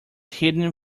hidden